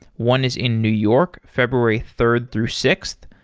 one is in new york, february third through sixth.